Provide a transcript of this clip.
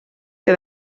que